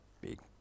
big